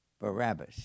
Barabbas